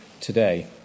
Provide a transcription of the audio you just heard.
today